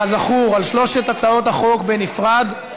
כזכור, על שלוש הצעות החוק בנפרד.